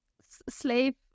slave